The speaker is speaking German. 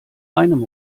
einem